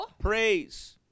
Praise